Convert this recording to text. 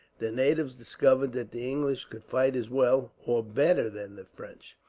the natives discovered that the english could fight as well, or better than the french.